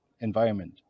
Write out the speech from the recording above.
environment